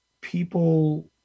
people